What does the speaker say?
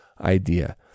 idea